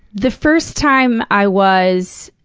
the first time i was,